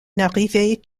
n’arrivait